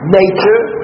nature